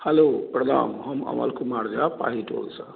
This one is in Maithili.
हेलो प्रणाम हम अमल कुमार झा पाही टोलसँ